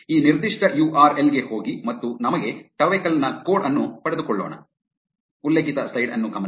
ಈ ನಿರ್ದಿಷ್ಟ U R L ಗೆ ಹೋಗಿ ಮತ್ತು ನಮಗೆ ಟವೆಕಲ್ ನ ಕೋಡ್ ಅನ್ನು ಪಡೆದುಕೊಳ್ಳೋಣ